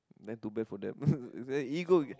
then too bad for them then he go again